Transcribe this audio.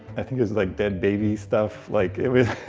i think it was like dead baby stuff. like it was